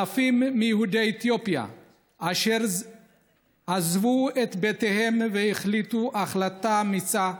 אלפים מיהודי אתיופיה עזבו את בתיהם והחליטו החלטה אמיצה,